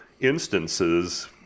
instances